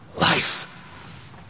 life